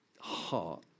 heart